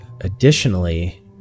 additionally